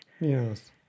Yes